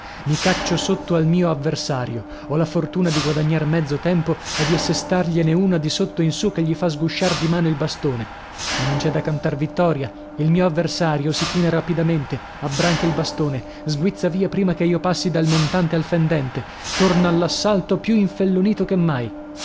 mi caccio sotto al mio avversario ho la fortuna di guadagnar mezzo tempo e di assestargliene una di sotto in su che gli fa sgusciar di mano il bastone ma non c'è da cantar vittoria il mio avversario si china rapidamente abbranca il bastone sguizza via prima che io passi dal montante al fendente torna all'assalto più infellonito che mai